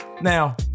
now